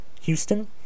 Houston